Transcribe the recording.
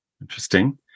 Interesting